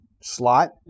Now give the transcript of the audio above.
slot